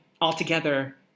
altogether